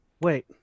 Wait